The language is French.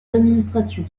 d’administration